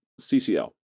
CCL